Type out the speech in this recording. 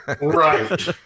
right